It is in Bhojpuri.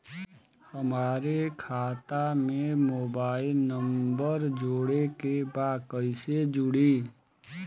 हमारे खाता मे मोबाइल नम्बर जोड़े के बा कैसे जुड़ी?